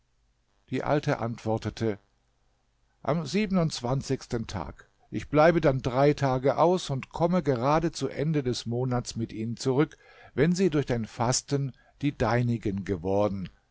die alte antwortete am siebenundzwanzigsten tag ich bleibe dann drei tage aus und komme gerade zu ende des monats mit ihnen zurück wenn sie durch dein fasten die deinigen geworden